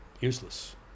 useless